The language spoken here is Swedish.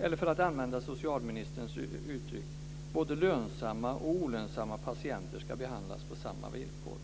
Jag kan också använda socialministerns uttryck: Både lönsamma och olönsamma patienter ska behandlas på samma villkor.